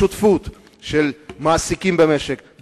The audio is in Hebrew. בשותפות עם מעסיקים במשק,